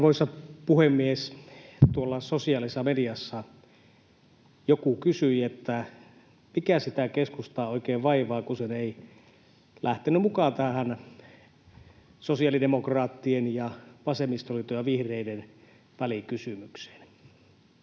Arvoisa puhemies! Tuolla sosiaalisessa mediassa joku kysyi, mikä sitä keskustaa oikein vaivaa, kun se ei lähtenyt mukaan tähän sosiaalidemokraattien ja vasemmistoliiton ja vihreiden välikysymykseen.